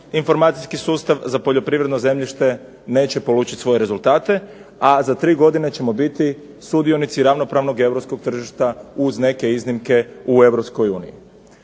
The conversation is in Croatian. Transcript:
informacijski sustav za poljoprivredno zemljište neće polučiti svoje rezultate, a za 3 godine ćemo biti sudionici ravnopravnog europskog tržišta uz neke iznimke u EU.